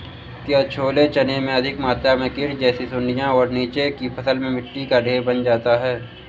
क्या छोले चने में अधिक मात्रा में कीट जैसी सुड़ियां और नीचे की फसल में मिट्टी का ढेर बन जाता है?